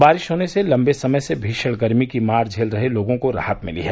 बारिश होने से लंबे समय से भीषण गर्मी की मार झेल रहे लोगों को राहत मिली है